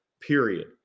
period